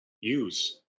use